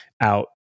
out